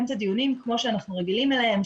את הדיונים כמו שאנחנו רגילים אליהם,